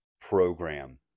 program